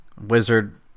Wizard